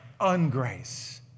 Ungrace